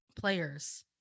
players